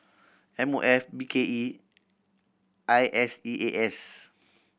M O F B K E I S E A S